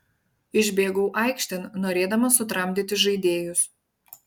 išbėgau aikštėn norėdamas sutramdyti žaidėjus